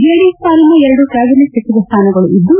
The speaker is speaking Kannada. ಜೆಡಿಎಸ್ ಪಾಲಿನ ಎರಡು ಕ್ವಾಬಿನೆಟ್ ಸಚಿವ ಸ್ಥಾನಗಳು ಇದ್ದು